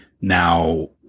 now